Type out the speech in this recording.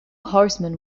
horsemen